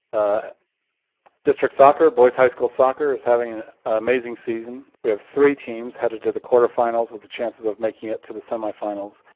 ah district soccer, boys high school soccer, is having an amazing season. we have three teams headed to the quarterfinals with the chances of making it to the semifinals.